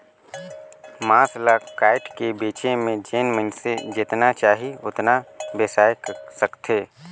मांस ल कायट के बेचे में जेन मइनसे जेतना चाही ओतना बेसाय सकथे